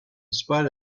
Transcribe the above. spite